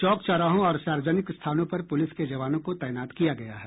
चौक चौराहों और सार्वजनिक स्थानों पर पुलिस के जवानों को तैनात किया गया है